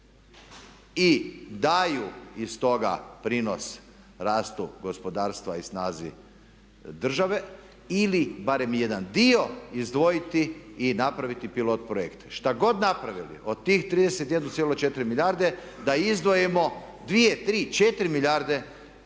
i daju iz toga prinos rastu gospodarstva i snazi države ili barem jedan dio izdvojiti i napraviti pilot projekt. Što god napravili od tih 31.4 milijarde da izdvojimo 2, 3, 4 milijarde